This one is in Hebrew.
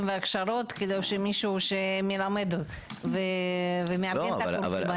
וההכשרות כדי שמי שמלמד ומעביר את הקורסים האלה,